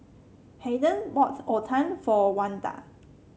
Hayden bought otah for Wanda